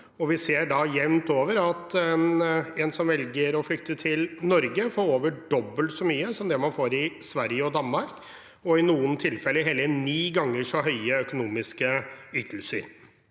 vi ser jevnt over at en som velger å flykte til Norge, får over dobbelt så mye som det man får i Sverige og Danmark, i noen tilfeller hele ni ganger så høye økonomiske ytelser.